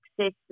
access